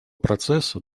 процесса